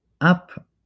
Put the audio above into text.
up